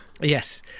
Yes